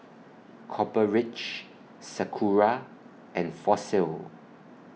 Copper Ridge Sakura and Fossil